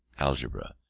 algebra,